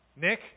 Nick